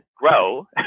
grow